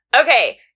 Okay